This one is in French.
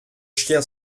chien